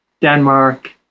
Denmark